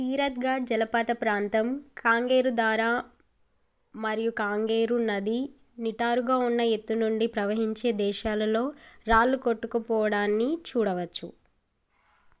తీరత్ఘడ్ జలపాత ప్రాంతం కాంగేర్ ధారా మరియు కాంగేర్ నది నిటారుగా ఉన్న ఎత్తు నుండి ప్రవహించే ప్రదేశాలలో రాళ్ళు కొట్టుకుపోవడాన్ని చూడవచ్చు